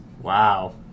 Wow